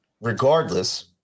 regardless